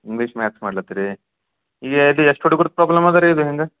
English maths ಮಾಡ್ಲತ್ತೀರಿ ಈಗ ಎದು ಎಷ್ಟು ಹುಡ್ಗುರ್ದು ಪ್ರಾಬ್ಲಮದ ರೀ ಇದು ಹಿಂಗೆ